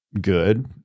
good